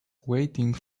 waiting